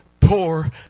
poor